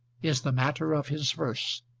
is the matter of his verse,